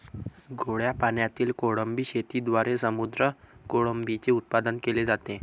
गोड्या पाण्यातील कोळंबी शेतीद्वारे समुद्री कोळंबीचे उत्पादन केले जाते